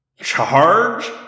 Charge